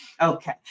Okay